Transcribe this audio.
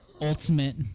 Ultimate